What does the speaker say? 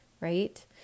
right